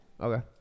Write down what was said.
Okay